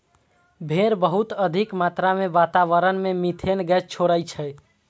भेड़ बहुत अधिक मात्रा मे वातावरण मे मिथेन गैस छोड़ै छै